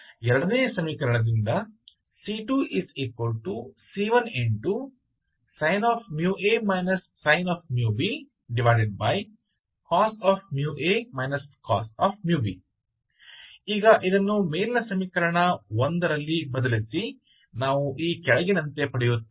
ನೆಯ ಸಮೀಕರಣದಿಂದ c2c1sin μa sin⁡μbcos μa cos⁡μb ಈಗ ಇದನ್ನು ಮೇಲಿನ ಸಮೀಕರಣ ರಲ್ಲಿ ಬದಲಿಸಿ ನಾವು ಈ ಕೆಳಗಿನಂತೆ ಪಡೆಯುತ್ತೇವೆ